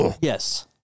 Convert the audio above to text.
Yes